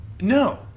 No